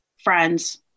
friends